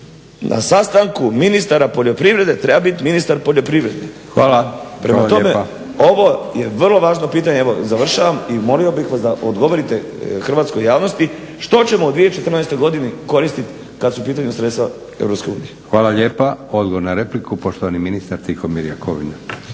na sastanku ministara poljoprivrede treba biti ministar poljoprivrede. Upadica predsjednik: Hvala./… Ovo je vrlo važno pitanje, evo završavam, i molio bih vas da odgovorite hrvatskoj javnosti što ćemo u 2014. godini koristiti kad su u pitanju sredstva EU? **Leko, Josip (SDP)** Hvala lijepa. Odgovor na repliku poštovani ministar Tihomir Jakovina.